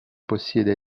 possiede